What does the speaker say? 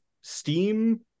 Steam